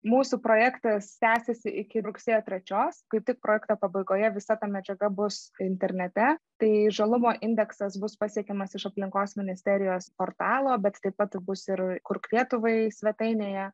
mūsų projektas tęsiasi iki rugsėjo trečios kaip tik projekto pabaigoje visa ta medžiaga bus internete tai žalumo indeksas bus pasiekiamas iš aplinkos ministerijos portalo bet taip pat ir bus ir kurk lietuvai svetainėje